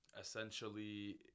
essentially